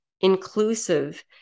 inclusive